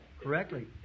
Correctly